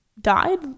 died